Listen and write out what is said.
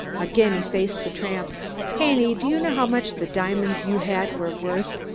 again he faced the tramp haney, do you know how much the diamonds you had were worth?